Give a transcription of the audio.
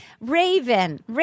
Raven